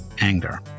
Anger